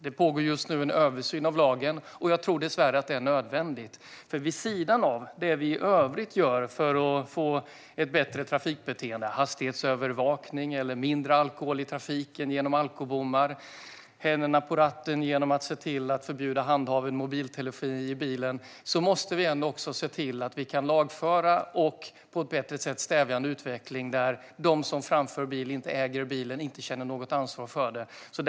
Det pågår just nu en översyn av lagen, och jag tror dessvärre att det är nödvändigt. Vid sidan av det som vi i övrigt gör för att få ett bättre trafikbeteende - hastighetsövervakning, mindre alkohol i trafiken genom alkobommar och händerna på ratten genom förbud av handhavande av mobiltelefon i bilen - måste vi se till att vi kan lagföra och på ett bättre sätt stävja en utveckling där de som framför bilar som de inte äger inte känner något ansvar för detta.